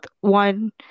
one